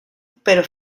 pero